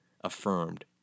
affirmed